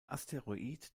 asteroid